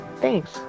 thanks